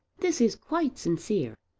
this is quite sincere.